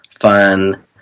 fun